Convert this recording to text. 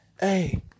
hey